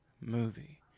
movie